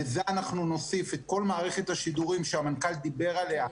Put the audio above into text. לזה נוסיף את כל מערכת השידורים שהמנכ"ל דיבר עליה,